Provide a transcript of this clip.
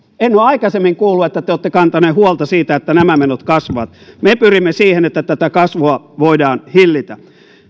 en ole aikaisemmin kuullut että te olette kantaneet huolta siitä että nämä menot kasvavat me pyrimme siihen että tätä kasvua voidaan hillitä